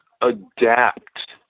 adapt